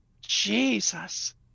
Jesus